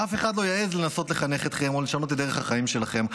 שאף אחד לא יעז לנסות לחנך אתכם או לשנות את דרך החיים שלכם.